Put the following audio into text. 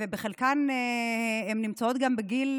ובחלקן הן נמצאות גם בגיל